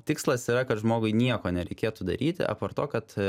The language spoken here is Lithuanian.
tikslas yra kad žmogui nieko nereikėtų daryti apart to kad